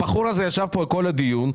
הבחור הזה ישב פה כל הדיון,